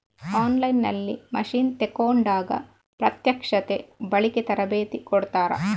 On line ನಲ್ಲಿ machine ತೆಕೋಂಡಾಗ ಪ್ರತ್ಯಕ್ಷತೆ, ಬಳಿಕೆ, ತರಬೇತಿ ಕೊಡ್ತಾರ?